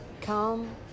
come